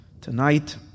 tonight